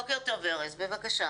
בוקר טוב ארז, בבקשה.